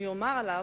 אני אומר עליו,